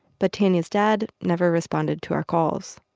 but tanya's dad never responded to our calls.